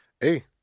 Hey